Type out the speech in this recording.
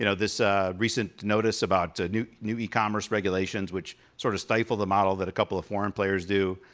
you know this recent notice about new new e-commerce regulations which sorta stifled the model that a couple of foreign players do,